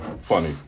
funny